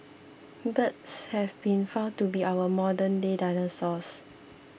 birds have been found to be our modernday dinosaurs